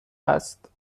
است